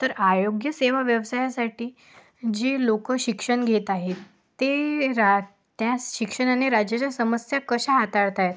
तर आरोग्य सेवा व्यवसायासाठी जी लोकं शिक्षण घेत आहेत ते रा त्या शिक्षणाने राज्याच्या समस्या कशा हाताळत आहेत